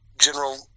general